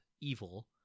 evil